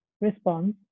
response